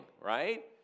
right